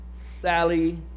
Sally